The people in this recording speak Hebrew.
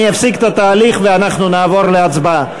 אני אפסיק את התהליך ואנחנו נעבור להצבעה.